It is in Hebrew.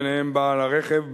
ביניהם בעל הרכב,